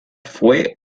fue